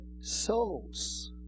souls